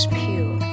pure